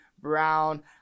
Brown